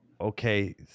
okay